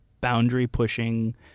boundary-pushing